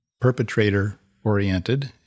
perpetrator-oriented